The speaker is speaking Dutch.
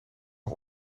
nog